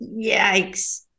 yikes